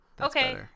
Okay